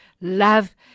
love